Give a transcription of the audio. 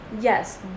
yes